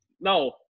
No